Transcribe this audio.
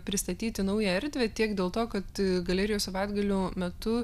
pristatyti naują erdvę tiek dėl to kad galerijų savaitgalių metu